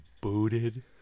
booted